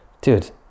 Dude